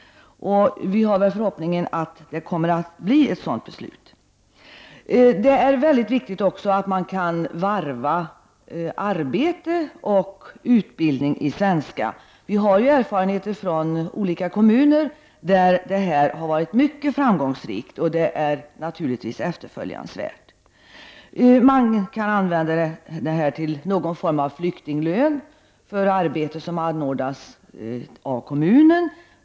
Vår förhoppning är att det kommer att fattas ett sådant beslut. Det är viktigt också att man kan varva arbete och utbildning i svenska. Vi har erfarenheter från olika kommuner där man har varit mycket framgångsrik i det avseendet. Det är naturligtvis efterföljansvärt. Resurserna kan användas till någon form av flyktinglön för arbete som anordnas av kommunen.